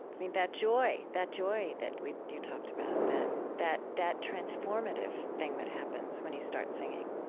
mean that joy that joy that we you talked about. that that that transformative thing that happens when you start singing